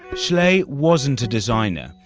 schlee wasn't a designer.